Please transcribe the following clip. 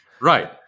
right